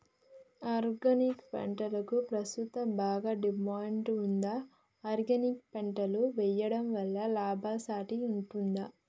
Organic పంటలకు ప్రస్తుతం బాగా డిమాండ్ ఉంది ఆర్గానిక్ పంటలు వేయడం వల్ల లాభసాటి ఉంటుందా?